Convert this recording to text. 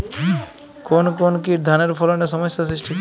কোন কোন কীট ধানের ফলনে সমস্যা সৃষ্টি করে?